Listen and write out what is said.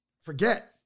forget